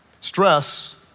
Stress